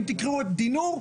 אם תקראו את דינור,